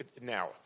Now